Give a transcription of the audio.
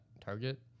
target